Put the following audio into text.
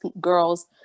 girls